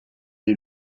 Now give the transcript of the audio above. est